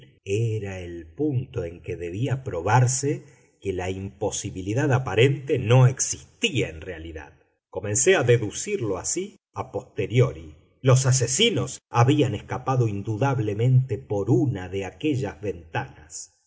era el punto en que debía probarse que la imposibilidad aparente no existía en realidad comencé a deducirlo así a posteriori los asesinos habían escapado indudablemente por una de aquellas ventanas